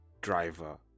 driver